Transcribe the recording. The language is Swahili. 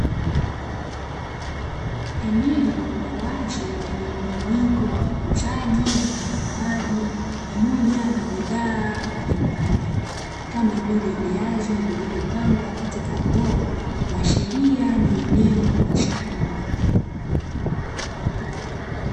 Eneo la wazi lenye mjumuiko wa wauzaji na wanunuaji pamoja na bidhaa mbalimbali kama vile viazi vilivyopangwa katika ndoo; kuashiria ni eneo la sokoni.